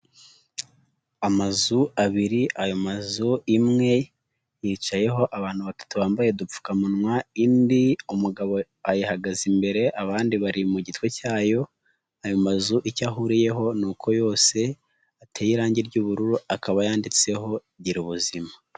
Amazu abiri ayo mazu imwe yicayeho abantu batatu bambaye udupfukamunwa indi umugabo ayihagaze imbere abandi bari mu gitwe cyayo, ayo mazu icyo ahuriyeho ni uko yose ateye irangi ry'ubururu akaba yanditseho gira ubuzima.